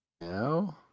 No